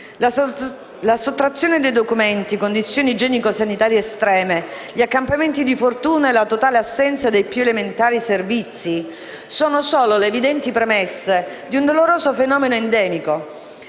La sottrazione dei documenti, le condizioni igienico‑sanitarie estreme, gli accampamenti di fortuna e la totale assenza dei più elementari servizi sono solo le evidenti premesse di un doloroso fenomeno endemico,